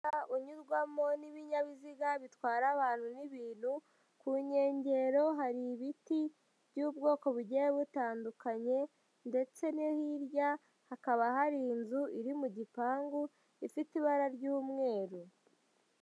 Umuhanda unyurwamo n'ibinyabiziga bitwara abantu n'ibintu, ku nkengero hari ibiti by'ubwoko bugiye butandukanye ndetse no hirya hakaba hari inzu iri mu gipangu, ifite ibara ry'umweru.